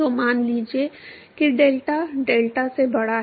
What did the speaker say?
तो मान लीजिए कि डेल्टा डेल्टा से बड़ा है